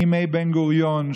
מימי בן-גוריון,